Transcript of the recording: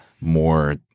more